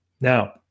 Now